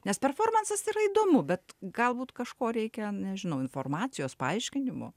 nes performansas yra įdomu bet galbūt kažko reikia nežinau informacijos paaiškinimų